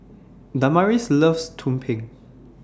Damaris loves Tumpeng